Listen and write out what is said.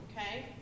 okay